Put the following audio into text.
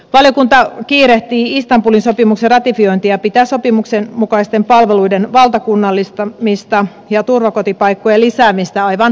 valiokunta kiirehtii istanbulin sopimuksen ratifiointia ja pitää sopimuksen mukaisten palveluiden valtakunnallistamista ja turvakotipaikkojen lisäämistä aivan välttämättömänä